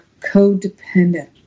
codependent